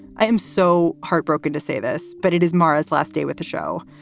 i am so heartbroken to say this, but it is mara's last day with the show.